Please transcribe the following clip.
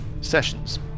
sessions